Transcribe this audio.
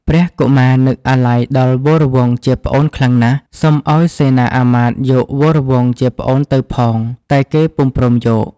ព្រះកុមារ នឹកអាល័យដល់វរវង្សជាប្អូនខ្លាំងណាស់ សុំឲ្យសេនាមាត្យយកវរវង្សជាប្អូនទៅផង តែគេពុំព្រមយក។